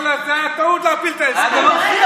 אבל זאת הייתה טעות להפיל את ההסכם.